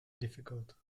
difficult